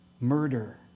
Murder